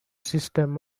system